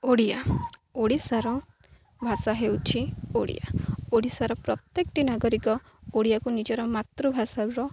ଓଡ଼ିଆ ଓଡ଼ିଶାର ଭାଷା ହେଉଛି ଓଡ଼ିଆ ଓଡ଼ିଶାର ପ୍ରତ୍ୟେକଟି ନାଗରିକ ଓଡ଼ିଆକୁ ନିଜର ମାତୃଭାଷାର